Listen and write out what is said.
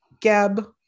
gab